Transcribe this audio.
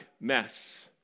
mess